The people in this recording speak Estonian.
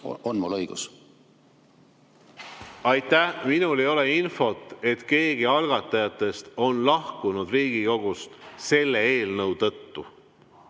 küsimus! Aitäh! Minul ei ole infot, et keegi algatajatest oleks lahkunud Riigikogust selle eelnõu tõttu.